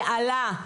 בהלה,